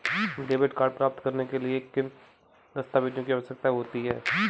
Debit card प्राप्त करने के लिए किन दस्तावेज़ों की आवश्यकता होती है?